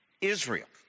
Israel